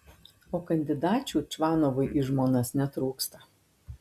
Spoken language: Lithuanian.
o kandidačių čvanovui į žmonas netrūksta